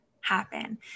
happen